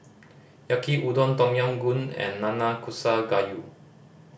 Yaki Udon Tom Yam Goong and Nanakusa Gayu